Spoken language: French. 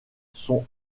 sont